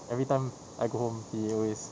every time I go home he always